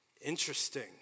interesting